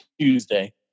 Tuesday